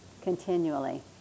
continually